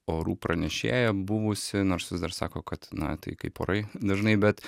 orų pranešėją buvusį nors vis dar sako kad na tai kaip orai dažnai bet